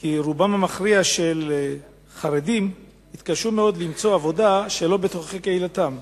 כי רובם המכריע של חרדים יתקשו מאוד למצוא עבודה שלא בתוככי קהילתם.